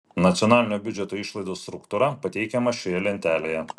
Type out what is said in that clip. nacionalinio biudžeto išlaidų struktūra pateikiama šioje lentelėje